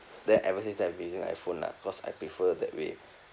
then ever since I've been using iphone lah cause I prefer that way